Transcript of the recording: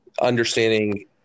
understanding